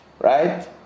right